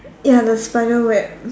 ya the spider web